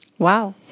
Wow